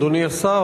אדוני השר,